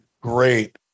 great